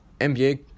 NBA